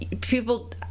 people